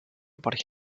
about